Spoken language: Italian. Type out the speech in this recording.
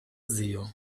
zio